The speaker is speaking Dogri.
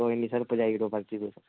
ते कोई निं सर तुसेंगी पजाई ओड़ग